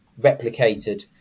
replicated